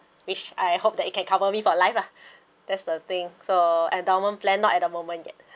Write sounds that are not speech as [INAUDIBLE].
which I hope that it can cover me for life lah [BREATH] that's the thing so endowment plan not at the moment yet